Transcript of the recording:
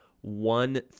one